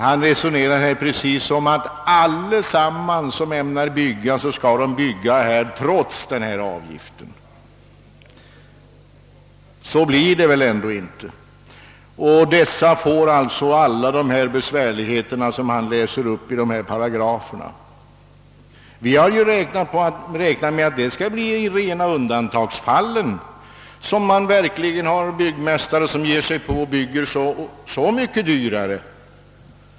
Han resonerar här precis som om alla som ämnat bygga skall bygga även trots denna avgift — men så blir det väl ändå inte — och få alla de här besvärligheterna som står i de paragrafer som han läser upp. Vi har räknat med att det skall bli i undantagsfallen som byggmästare verkligen ger sig på att bygga när det blir så mycket dyrare.